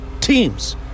teams